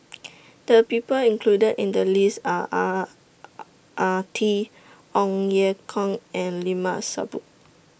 The People included in The list Are Ang Ah Tee Ong Ye Kung and Limat Sabtu